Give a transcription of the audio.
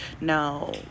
No